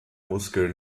muskel